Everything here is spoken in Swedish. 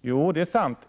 Det är förvisso sant.